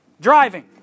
Driving